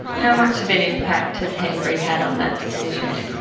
how much of an impact has henbury had on that decision?